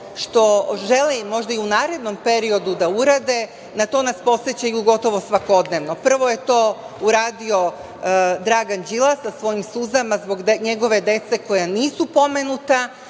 što žele možda i u narednom periodu da urade, na to nas podsećaju gotovo svakodnevno. Prvo je to uradio Dragan Đilas sa svojim suzama zbog njegove dece koja nisu pomenuta,